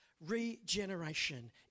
Regeneration